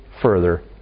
further